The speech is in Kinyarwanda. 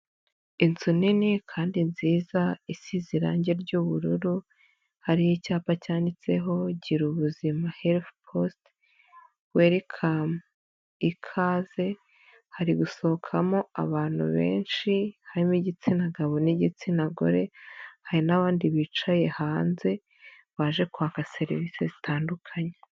Inzu nini kandi nziza isize irangi ry'ubururu hariho icyapa cyanditseho gira ubuzima health post welcome, ikaze hari gusohokamo abantu benshi harimo igitsina gabo n'igitsina gore, hari n'abandi bicaye hanze baje kwaka serivice zitandukanye.